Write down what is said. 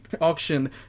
auction